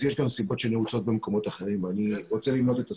יש סיבות נעוצות במקומות אחרים ואני רוצה למנות את הסיבות.